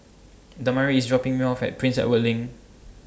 Damari IS dropping Me off At Prince Edward LINK